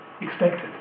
expected